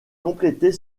compléter